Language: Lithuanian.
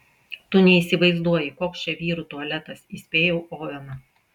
tu neįsivaizduoji koks čia vyrų tualetas įspėjau oveną